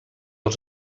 als